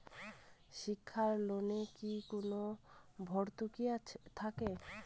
শিক্ষার লোনে কি কোনো ভরতুকি থাকে?